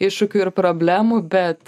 iššūkių ir problemų bet